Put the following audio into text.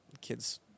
Kids